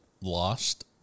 lost